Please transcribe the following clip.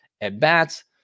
at-bats